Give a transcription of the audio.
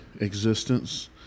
existence